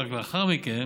ורק לאחר מכן